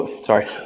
sorry